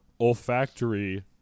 olfactory